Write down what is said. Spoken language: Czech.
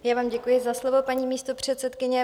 Já vám děkuji za slovo, paní místopředsedkyně.